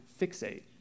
fixate